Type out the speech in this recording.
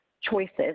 choices